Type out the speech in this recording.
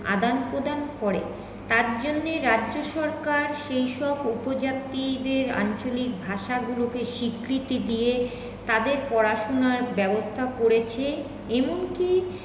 আদান প্রদান করে তার জন্যে রাজ্য সরকার সেই সব উপজাতিদের আঞ্চলিক ভাষাগুলোকে স্বীকৃতি দিয়ে তাদের পড়াশোনার ব্যবস্থা করেছে এবং কি